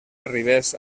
arribés